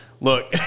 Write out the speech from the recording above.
look